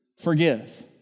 forgive